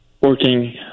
working